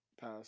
Pass